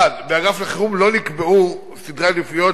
1. באגף לחירום לא נקבעו סדרי עדיפויות